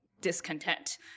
discontent